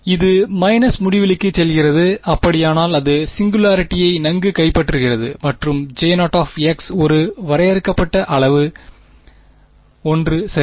மாணவர் இது மைனஸ் முடிவிலிக்குச் செல்கிறது அப்படியானால் அது சிங்குலாரிட்டியை நன்கு கைப்பற்றுகிறது மற்றும் J0 ஒரு வரையறுக்கப்பட்ட அளவு 1 சரி